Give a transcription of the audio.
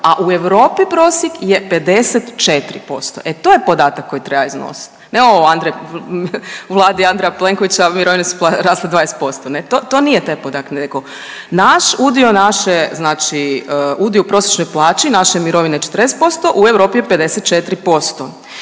a u Europi prosjek je 54%. E to je podatak koji treba iznosit, ne o vladi Andreja Plenkovića mirovine su rasle 20% to nije taj podatak nego naš udio naše znači udio u prosječnoj plaći naše mirovine 40% u Europi je 54%.